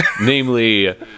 namely